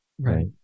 Right